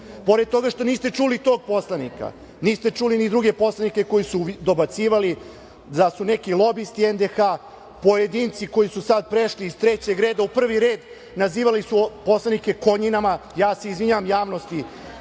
toga što niste čuli tog poslanika, niste čuli ni druge poslanike koji su dobacivali da su neki lobisti NDH, pojedinci koji su sada prešli iz trećeg reda u prvi red nazivali su poslanike – konjinama. Izvinjavam se javnosti